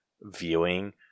viewing